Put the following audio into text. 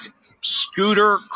scooter